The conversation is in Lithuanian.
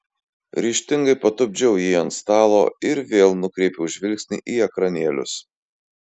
ryžtingai patupdžiau jį ant stalo ir vėl nukreipiau žvilgsnį į ekranėlius